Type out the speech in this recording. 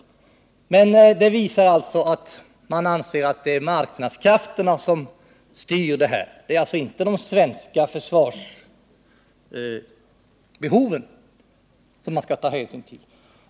Den visar att man anser att det är marknadskrafterna som styr. Det är alltså inte det svenska försvarsbehovet som man i första hand skall ta hänsyn till.